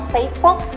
Facebook